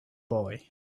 boy